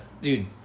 dude